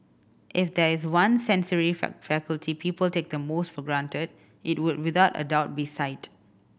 if there is one sensory faculty people take the most for granted it would without a doubt be sight